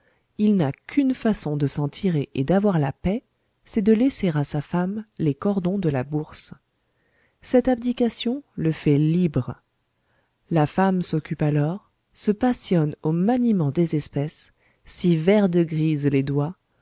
il n'a qu'une façon de s'en tirer et d'avoir la paix c'est de laisser à sa femme les cordons de la bourse cette abdication le fait libre la femme s'occupe alors se passionne au maniement des espèces s'y vert de grise les doigts